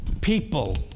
people